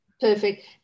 Perfect